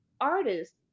artists